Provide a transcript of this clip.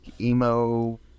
emo